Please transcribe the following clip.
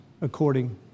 according